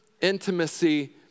intimacy